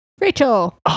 Rachel